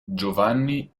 giovanni